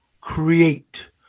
create